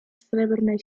srebrne